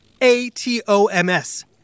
A-T-O-M-S